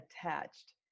attached